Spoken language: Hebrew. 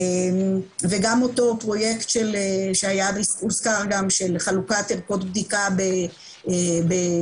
וגם אותו פרויקט שהוזכר גם של חלוקת ערכות בדיקה בסילבסטר,